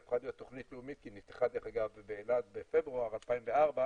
הפכה להיות תכנית לאומית כי היא נפתחה באילת בפברואר 2004,